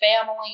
Family